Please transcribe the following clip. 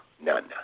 None